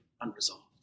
unresolved